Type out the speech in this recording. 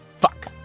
Fuck